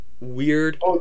weird